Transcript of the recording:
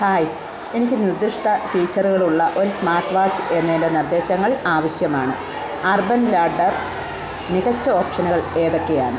hi എനിക്ക് നിർദ്ദിഷ്ട ഫീച്ചറുകളുള്ള ഒരു സ്മാർട്ട് വാച്ച് എന്നതിൻ്റെ നിർദ്ദേശങ്ങൾ ആവശ്യമാണ് അർബൻ ലാഡ്ഡർ മികച്ച ഓപ്ഷനുകൾ ഏതൊക്കെയാണ്